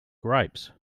grapes